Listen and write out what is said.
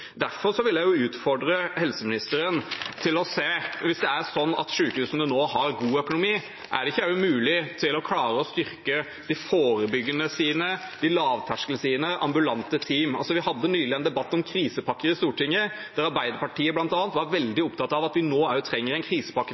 vil jeg utfordre helseministeren, hvis det er sånn at sykehusene nå har god økonomi, på om det ikke er mulig å klare å styrke de forebyggende sidene, lavterskelsidene, ambulante team? Vi hadde nylig en debatt om krisepakker i Stortinget, der Arbeiderpartiet bl.a. var veldig opptatt av at vi nå også trenger en krisepakke